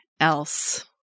else